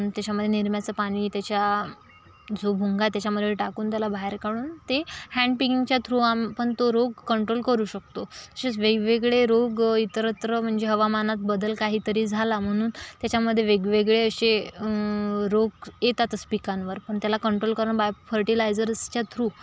त्याच्यामध्ये निर्म्याचं पाणी त्याच्या जो भुंगा त्याच्यामध्ये टाकून त्याला बाहेर काढून ते हँडपिंगच्या थ्रू आपण तो रोग कंट्रोल करू शकतो तसेच वेगवेगळे रोग इतरत्र म्हणजे हवामानात बदल काही तरी झाला म्हणून त्याच्यामध्ये वेगवेगळे असे रोग येतातच पिकांवर पण त्याला कंट्रोल करणं बायफर्टिलायजर्सच्या थ्रू